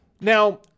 Now